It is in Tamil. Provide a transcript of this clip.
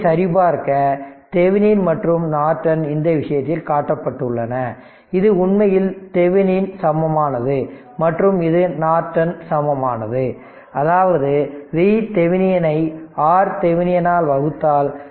இதைச் சரிபார்க்க தெவெனின் மற்றும் நார்டன் இந்த விஷயத்தில் காட்டப்பட்டுள்ளன இது உண்மையில் தெவெனின் சமமானது மற்றும் இது நார்டன் சமமானது அதாவது VThevenin ஐ R Thevenin ஆல் வகுத்தால்